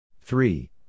Three